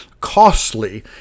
costly